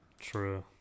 true